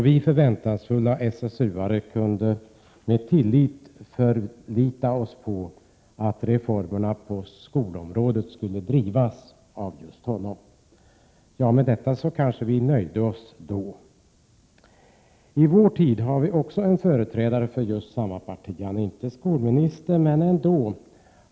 Vi förväntansfulla SSU-are kunde med tillit förlita oss på att reformerna på skolområdet skulle drivas av just honom. Ja, vi kanske nöjde oss med det då. I vår tid har vi också en företrädare för samma parti, centerpartiet, som dock inte är skolminister men skolpolitiker.